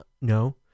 no